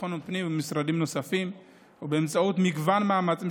לביטחון הפנים ומשרדים נוספים ובאמצעות מגוון מאמצים